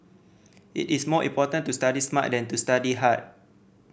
it is more important to study smart than to study hard